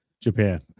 japan